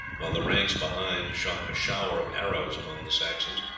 while the ranks behind shot a shower of arrows among the saxons.